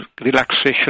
relaxation